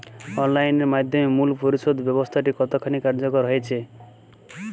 Online এর মাধ্যমে মূল্য পরিশোধ ব্যাবস্থাটি কতখানি কার্যকর হয়েচে?